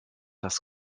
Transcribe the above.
das